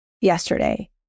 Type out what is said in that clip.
yesterday